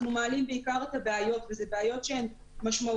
מעלים בעיקר את הבעיות ואלה בעיות משמעותיות.